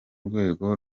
rwego